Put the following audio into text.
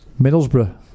Middlesbrough